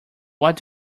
what